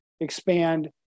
expand